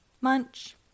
munch